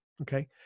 Okay